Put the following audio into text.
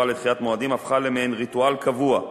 לדחיית מועדים הפכה למעין ריטואל קבוע,